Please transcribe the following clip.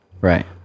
right